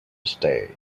stay